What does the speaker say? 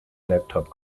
laptop